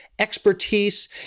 expertise